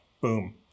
Boom